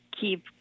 keep